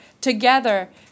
together